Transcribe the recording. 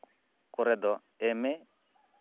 ᱠᱚᱨᱮ ᱫᱚ ᱮᱢ ᱮ